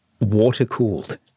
water-cooled